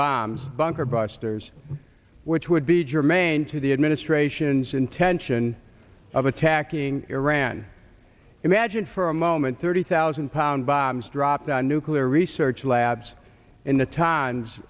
bombs bunker busters which would be germane to the administration's intention of attacking iran imagine for a moment thirty thousand pound bombs dropped on nuclear research labs in the times